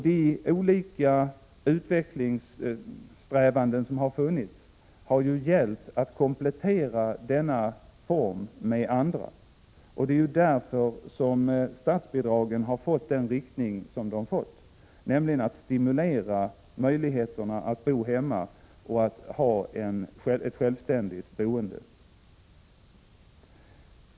De olika utvecklingssträvanden som har gjorts har gällt att komplettera denna form med andra, och det är därför som statsbidragen har fått den inriktning de har, nämligen att stimulera möjligheterna att bo hemma och att ha ett självständigt boende.